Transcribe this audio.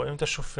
רואים את השופט,